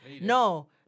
No